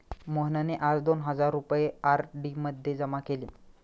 मोहनने आज दोन हजार रुपये आर.डी मध्ये जमा केले